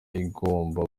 igomba